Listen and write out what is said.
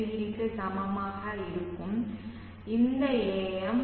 20 க்கு சமமாக இருக்கும் இந்த AM1